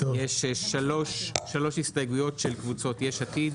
יש שלוש הסתייגויות של קבוצות יש עתיד,